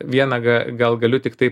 vieną gal galiu tiktai